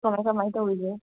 ꯀꯃꯥꯏ ꯀꯃꯥꯏ ꯇꯧꯔꯤꯒꯦ